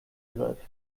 griff